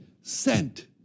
sent